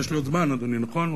יש לי עוד זמן, אדוני, נכון?